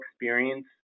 experience